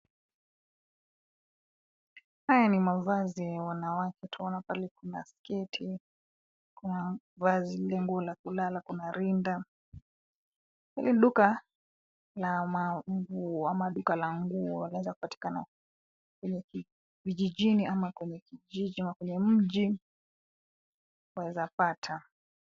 Haya ni mavazi ya wanawake. Twaona pale kuna sketi, kuna vazi, ile nguo la kulala, kuna rinda. Hili duka la manguo ama duka la nguo, laweza kupatikana kwenye vijijini ama kwenye kijiji ama kwenye mji, waweza pata.